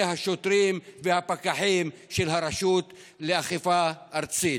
השוטרים והפקחים של הרשות לאכיפה ארצית.